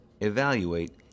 evaluate